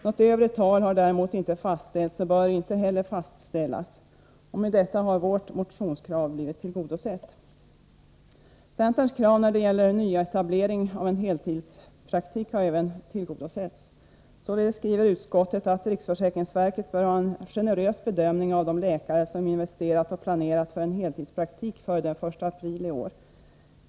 Något övre tal har däremot inte fastställts och bör inte heller fastställas. Och med detta har vårt motionskrav blivit tillgodosett. Centerns krav när det gäller nyetablering av en heltidspraktik har även tillgodosetts. Således skriver utskottet att riksförsäkringsverket bör ha en generös bedömning av de läkare som investerat och planerat för heltidspraktik före den 1 april i år.